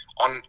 on